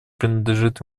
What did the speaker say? принадлежит